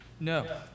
No